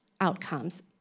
outcomes